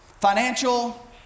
financial